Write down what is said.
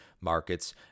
markets